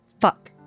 Fuck